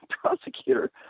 prosecutor